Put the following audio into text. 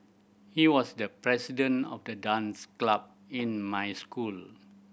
he was the president of the dance club in my school